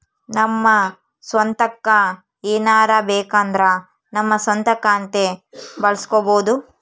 ನಮ್ಮ ಸ್ವಂತಕ್ಕ ಏನಾರಬೇಕಂದ್ರ ನಮ್ಮ ಸ್ವಂತ ಖಾತೆ ಬಳಸ್ಕೋಬೊದು